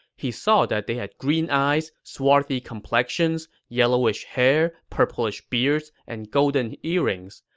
he saw that they had green eyes, swarthy complexions, yellowish hair, purplish beards, and gold and earrings.